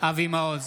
אבי מעוז,